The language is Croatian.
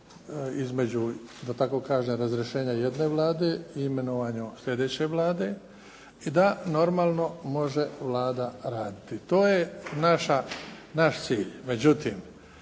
kažem, razrješenja jedne Vlade i imenovanja sljedeće Vlade i da normalno može Vlada raditi. To je naš cilj. Međutim,